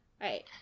right